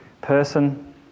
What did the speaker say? person